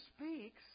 speaks